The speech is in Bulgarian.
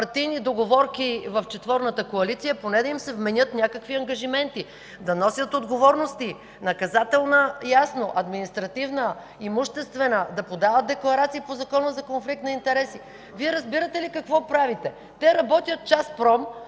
партийни договорки в четворната коалиция, поне да им се вменят някакви ангажименти, да носят отговорности. Наказателна – ясно, административна, имуществена, да подават декларации по Закона за конфликт на интереси. Вие разбирате ли какво правите? Те работят часпром,